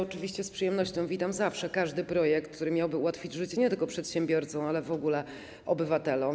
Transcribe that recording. Oczywiście z przyjemnością witam zawsze każdy projekt, który miałby ułatwić życie nie tylko przedsiębiorcom, ale w ogóle obywatelom.